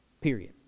Period